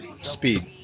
speed